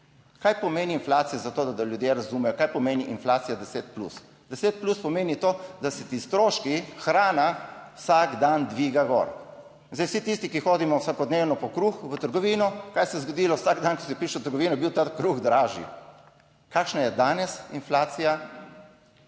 Kaj pomeni inflacija? Za to, da ljudje razumejo kaj pomeni inflacija 10 plus. 10 plus pomeni to, da se ti stroški, hrana vsak dan dviga gor. Zdaj vsi tisti, ki hodimo vsakodnevno po kruhu v trgovino, kaj se je zgodilo vsak dan, ko ste prišli v trgovino, je bil ta kruh dražji. Kakšna je danes inflacija?